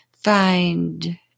find